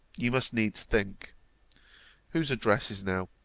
you must needs think whose addresses now,